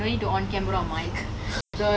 I still don't like the idea of home based